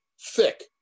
thick